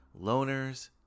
loners